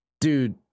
dude